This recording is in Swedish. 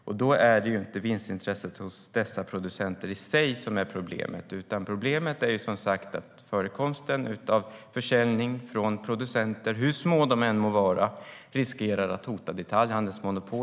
Men det är inte vinstintresset hos dessa producenter i sig som är problemet, utan problemet är som sagt att förekomsten av försäljning från producenter - hur små de än må vara - riskerar att hota detaljhandelsmonopolet.